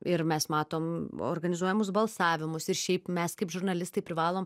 ir mes matom organizuojamus balsavimus ir šiaip mes kaip žurnalistai privalom